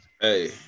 Hey